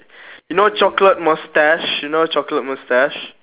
you know chocolate moustache you know chocolate moustache